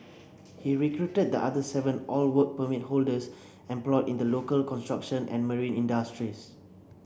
he recruited the other seven all Work Permit holders employed in the local construction and marine industries